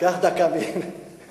קח דקה ממני.